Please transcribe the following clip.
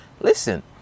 Listen